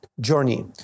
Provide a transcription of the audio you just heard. journey